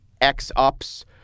X-ups